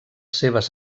seves